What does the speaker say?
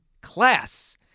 class